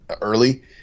early